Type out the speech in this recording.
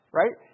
right